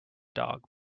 dog